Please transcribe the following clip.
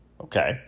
okay